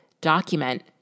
Document